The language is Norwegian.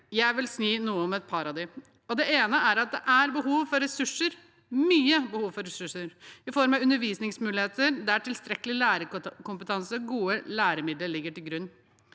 jeg vil si noe om et par av dem. Det ene er at det er behov for ressurser – et stort behov for ressurser – i form av undervisningsmuligheter, der tilstrekkelig med lærerkompetanse og gode læremidler ligger til grunn.